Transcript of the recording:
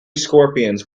scorpions